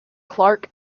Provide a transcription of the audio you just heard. clark